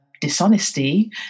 dishonesty